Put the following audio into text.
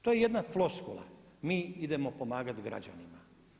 To je jedna floskula mi idemo pomagati građanima.